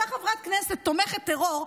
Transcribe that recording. אותה חברת כנסת תומכת טרור,